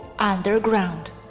underground